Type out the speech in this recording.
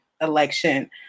election